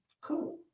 Cool